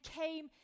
came